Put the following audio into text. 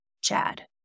Chad